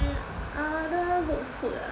other good food ah